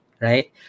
right